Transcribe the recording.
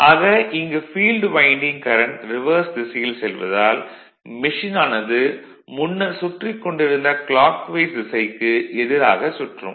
ஆக இங்கு field winding current reverse திசையில் செல்வதால் மெஷினானது முன்னர் சுற்றிக் கொண்டிருந்த கிளாக் வைஸ் திசைக்கு எதிராகச் சுற்றும்